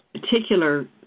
particular